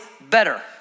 better